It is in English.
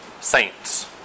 saints